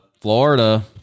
Florida